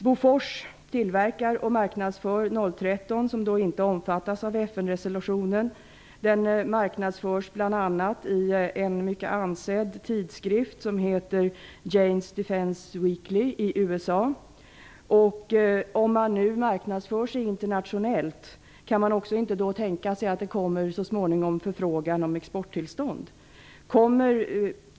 Bofors tillverkar och marknadsför 013, som då inte omfattas av FN-resolutionen. Den marknadsförs bl.a. i USA i en mycket ansedd tidskrift, som heter Jame's Defence Weekly. Om man nu marknadsför sig internationellt, kan man då inte tänka sig att det så småningom kommer förfrågningar om exporttillstånd?